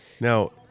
Now